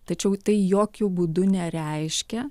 tačiau tai jokiu būdu nereiškia